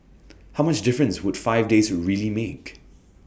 how much difference would five days really make